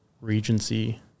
Regency